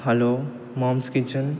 hello moms kitchen